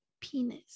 penis